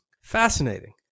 fascinating